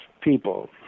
people